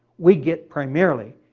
we get primarily,